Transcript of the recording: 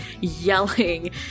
yelling